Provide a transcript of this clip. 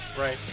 right